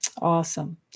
Awesome